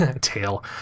tail